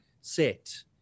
set